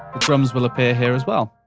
drums will appear here as well.